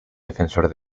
defensor